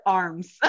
arms